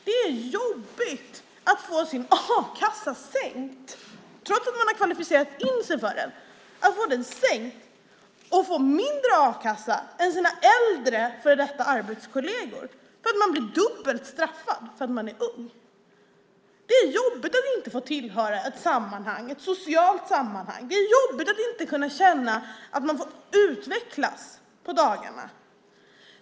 Det är jobbigt att få sin a-kassa sänkt, trots att man har kvalificerat sig för den, och få mindre i a-kassa än sina äldre före detta arbetskolleger. Man blir dubbelt straffad för att man är ung. Det är jobbigt att inte få tillhöra ett socialt sammanhang. Det är jobbigt att inte kunna känna att man får utvecklas på dagarna.